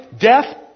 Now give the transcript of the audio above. death